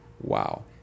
Wow